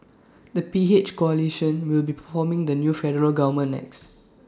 the P H coalition will be performing the new federal government next